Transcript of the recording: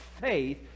faith